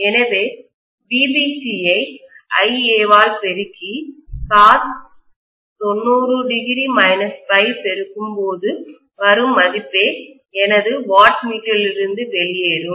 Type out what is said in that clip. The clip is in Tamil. எனவே VBC யை IA ஆல் பெருக்கி cos 90° ∅ பெருக்கும்போது வரும் மதிப்பே எனது வாட்மீட்டரிலிருந்து வெளியேறும்